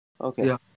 Okay